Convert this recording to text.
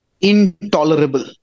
intolerable